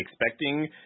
expecting